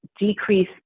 decrease